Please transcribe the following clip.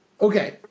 Okay